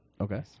Okay